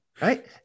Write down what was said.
right